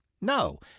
No